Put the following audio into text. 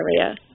area